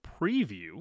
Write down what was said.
preview